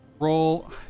roll